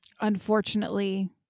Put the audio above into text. unfortunately